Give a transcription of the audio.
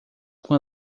com